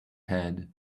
head